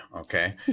okay